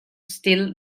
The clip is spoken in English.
steal